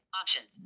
Options